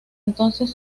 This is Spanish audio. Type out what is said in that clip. entonces